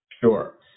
Sure